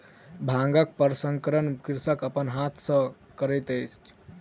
भांगक प्रसंस्करण कृषक अपन हाथ सॅ करैत अछि